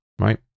right